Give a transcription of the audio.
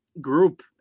group